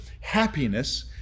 happiness